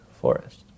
forest